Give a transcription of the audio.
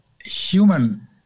human